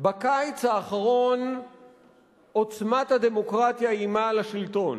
בקיץ האחרון עוצמת הדמוקרטיה איימה על השלטון,